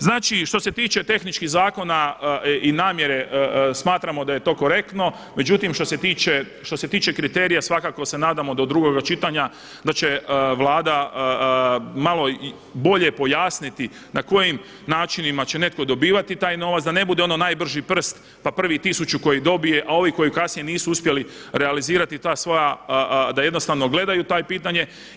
Znači što se tiče tehnički zakona i namjere smatramo da je to korektno, međutim što se tiče kriterija svakako se nadamo do drugoga čitanja da će Vlada malo bolje pojasniti na kojim načinima će netko dobivati taj novac, da ne bude ono najbrži prst pa prvih tisuću koji dobije, a ovi koji kasnije nisu uspjeli realizirati ta svoja da jednostavno gledaju taj pitanje.